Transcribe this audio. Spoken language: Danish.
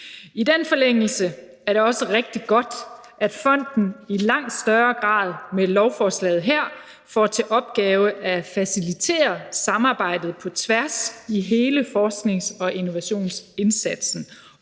I forlængelse af det er det også rigtig godt, at fonden i langt større grad med lovforslaget her får til opgave at facilitere samarbejdet på tværs i hele forsknings- og innovationsindsatsen,